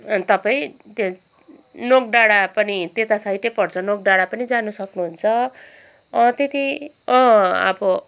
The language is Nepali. अनि तपाईँ त्यो नोक डाँडा पनि त्यता साइडै पर्छ नोक डाँडा पनि जानु सक्नुहुन्छ अँ त्यति अँ अब